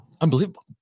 Unbelievable